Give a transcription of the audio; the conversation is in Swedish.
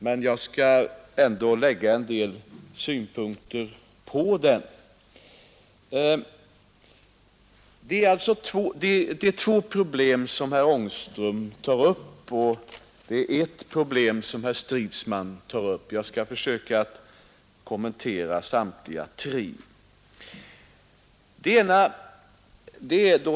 Men jag skall ändå anföra en del synpunkter. Herr Ångström tar upp två problem och herr Stridsman tar upp ett; jag skall försöka kommentera samtliga tre.